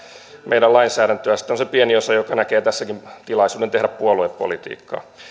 meidän lainsäädäntöä sitten on se pieni osa joka näkee tässäkin tilaisuuden tehdä puoluepolitiikkaa